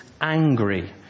angry